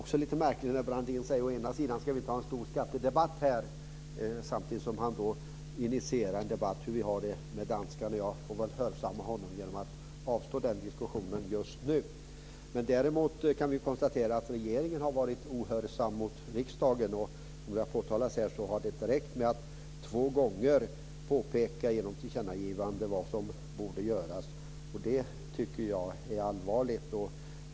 Fru talman! Villkoren för debatten blir lite märkliga när Brandin säger att vi inte ska ha en stor skattedebatt samtidigt som han initierar en debatt om hur vi har det med danskarna. Jag får väl hörsamma honom genom att avstå från den diskussionen just nu. Däremot kan vi konstatera att regeringen har varit ohörsam mot riksdagen. Som det har påtalats här har det inte räckt med att två gånger genom tillkännagivanden påpeka vad som borde göras. Det tycker jag är allvarligt.